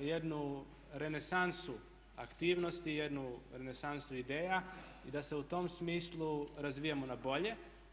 jednu renesansu aktivnosti, jednu renesansu ideja i da se u tom smislu razvijamo na bolje.